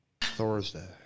Thursday